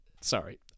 sorry